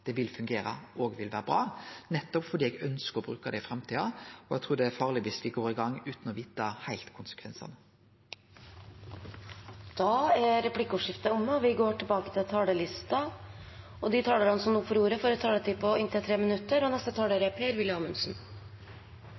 det vil fungere og vil vere bra, nettopp fordi eg ønskjer å bruke det i framtida, og eg trur det er farleg dersom me går i gang utan heilt å vite konsekvensane. Replikkordskiftet er omme. De talere som heretter får ordet, har også en taletid på inntil 3 minutter. Det er en selsom opplevelse å lytte til en debatt der medlemmene i Stortingets transport- og